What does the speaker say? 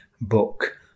book